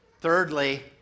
Thirdly